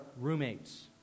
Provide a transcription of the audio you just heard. roommates